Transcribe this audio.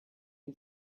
who